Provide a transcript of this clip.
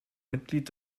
mitglied